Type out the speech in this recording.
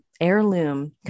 heirloom